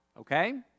okay